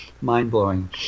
mind-blowing